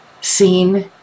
seen